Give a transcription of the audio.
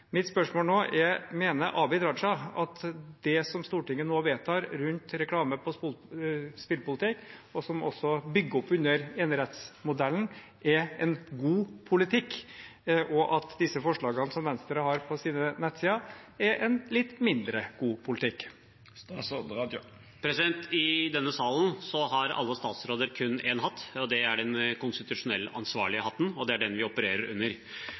Mitt spørsmål nå er: Mener Abid Q. Raja at det som Stortinget nå vedtar rundt reklame og spillpolitikk, og som også bygger opp under enerettsmodellen, er en god politikk, og at de forslagene som Venstre har på sin nettside, er en litt mindre god politikk? I denne salen har alle statsråder kun én hatt. Det er den konstitusjonelt ansvarlige hatten, og det er den vi opererer under.